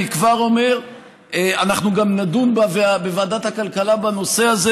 אני כבר אומר שגם נדון בוועדת הכלכלה בנושא הזה,